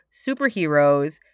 superheroes